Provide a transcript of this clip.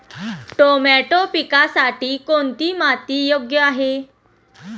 Tomato पिकासाठी कोणती माती योग्य आहे?